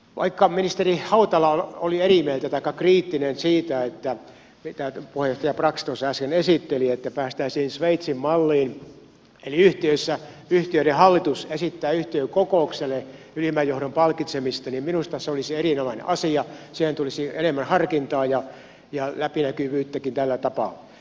vaikka ministeri hautala oli eri mieltä taikka kriittinen siitä mitä puheenjohtaja brax tuossa äsken esitteli että päästäisiin sveitsin malliin eli yhtiöissä yhtiöiden hallitus esittää yhtiökokoukselle ylimmän johdon palkitsemista niin minusta se olisi erinomainen asia siihen tulisi enemmän harkintaa ja läpinäkyvyyttäkin tällä tapaa